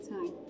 Time